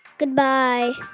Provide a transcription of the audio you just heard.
goodbye